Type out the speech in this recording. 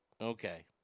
Okay